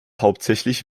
hauptsächlich